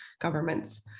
governments